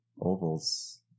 ovals